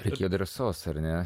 reikia drąsos ar ne